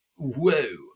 Whoa